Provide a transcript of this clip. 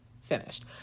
finished